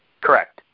Correct